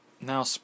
Now